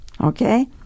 okay